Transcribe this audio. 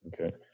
Okay